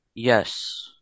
Yes